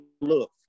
look